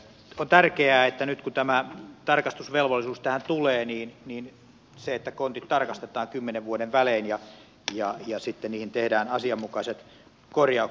on tärkeää nyt kun tämä tarkastusvelvollisuus tähän tulee että kontit tarkastetaan kymmenen vuoden välein ja niihin tehdään asianmukaiset korjaukset